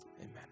Amen